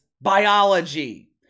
biology